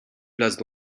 placent